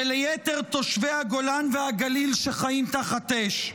וליתר תושבי הגולן והגליל שחיים תחת אש.